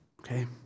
Okay